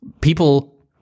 people